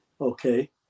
okay